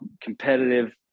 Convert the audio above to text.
competitive